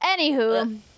Anywho